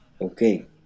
Okay